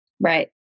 Right